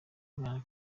mwana